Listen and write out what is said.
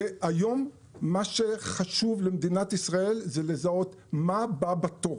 והיום מה שחשוב למדינת ישראל הוא לזהות מה הבא בתור.